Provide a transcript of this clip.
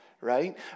right